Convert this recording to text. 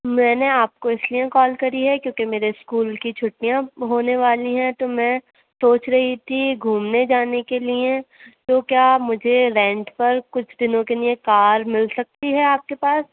میں نے آپ کو اِس لیے کال کری ہے کیونکہ میرے اسکول کی چُھٹیاں ہونے والی ہیں تو میں سوچ رہی تھی گھومنے جانے کے لیے تو کیا مجھے رینٹ پر کچھ دِنوں کے لیے کار مل سکتی ہے آپ ہے پاس